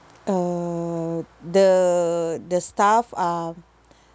uh the the staff are